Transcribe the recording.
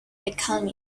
alchemy